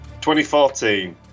2014